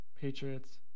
Patriots